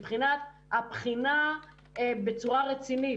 מבחינת הבחינה בצורה רצינית,